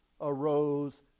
arose